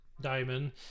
diamond